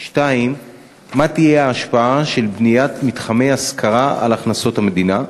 2. מה תהיה ההשפעה של בניית מתחמי השכרה על הכנסות המדינה?